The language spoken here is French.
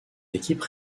équipe